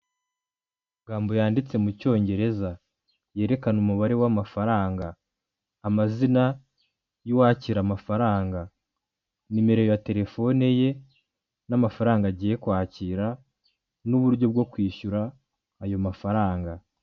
Amagambo yanditse mu cyongereza yerekana umubare w'amafaranga, amazina y'uwakira amafaranga, nimero ya terefone ye, n'amafaranga agiye kwakira, n'uburyo bwo kwishyura ayo mafaranga.